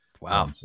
Wow